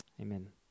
Amen